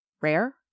Rare